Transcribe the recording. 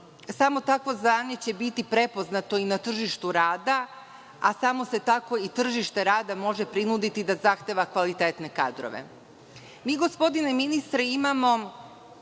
samo takvo znanje će biti prepoznato i na tržištu rada, a samo se tako i tržište rada može prinuditi da zahteva kvalitetne kadrove. Gospodine ministre, mi imamo